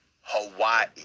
Hawaii